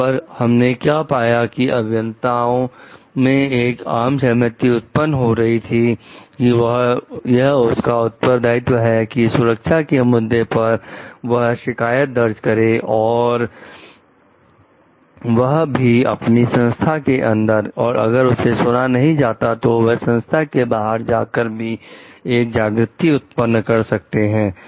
वहां पर हमने क्या पाया कि अभियंताओं में एक आम सहमति उत्पन्न हो रही थी कि यह उनका उत्तरदायित्व है कि सुरक्षा के मुद्दे पर वह शिकायत दर्ज करें और वह भी अपनी संस्था के अंदर और अगर उसे सुना नहीं जाता है तो वह संस्था के बाहर जाकर भी एक जागृति उत्पन्न कर सकते हैं